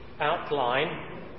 outline